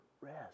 rest